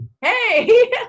Hey